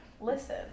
Listen